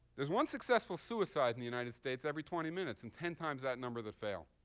there's one successful suicide in the united states every twenty minutes and ten times that number that fail,